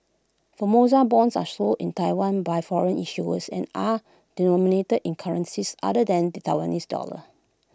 Formosa Bonds are sold in Taiwan by foreign issuers and are denominated in currencies other than the Taiwanese dollar